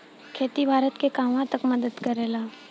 खेती भारत के कहवा तक मदत करे ला?